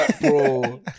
bro